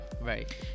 Right